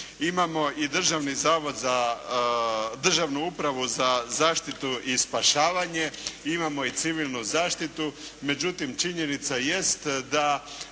Imamo i Državni zavod, Državnu upravu za zaštitu i spašavanje. Imamo i Civilnu zaštitu. Međutim činjenica jest da